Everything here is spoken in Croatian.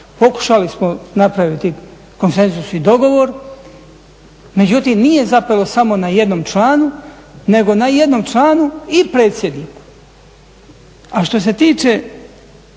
Pokušali smo napraviti konsenzus i dogovor. Međutim, nije zapelo samo na jednom članu, nego na jednom članu i predsjedniku.